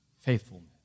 faithfulness